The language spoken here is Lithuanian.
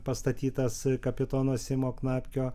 pastatytas kapitono simo knapkio